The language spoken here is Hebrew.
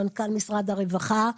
מנכ"ל משרד הרווחה.